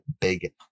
big